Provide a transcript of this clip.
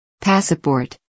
Passport